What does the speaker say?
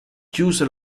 chiuse